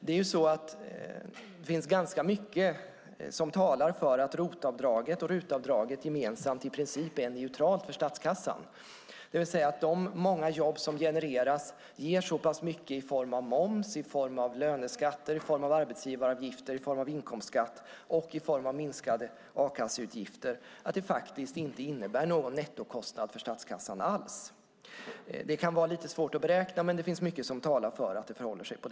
Det är ganska mycket som talar för att ROT och RUT-avdraget gemensamt i princip är neutralt för statskassan, det vill säga att de många jobb som genereras ger så pass mycket i form av moms, löneskatter, arbetsgivaravgifter, inkomstskatter och minskade a-kasseutgifter att de faktiskt inte innebär någon nettokostnad alls för statskassan. Det kan vara lite svårt att beräkna, men det finns mycket som talar för att det förhåller sig så.